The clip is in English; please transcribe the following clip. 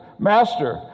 Master